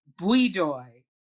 Buidoy